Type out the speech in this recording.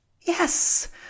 Yes